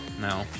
no